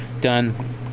done